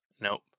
nope